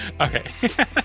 Okay